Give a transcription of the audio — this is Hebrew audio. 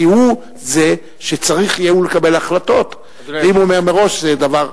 כי הוא זה שצריך יהיה לקבל החלטות אם מראש זה דבר,